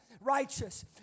righteous